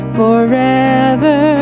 forever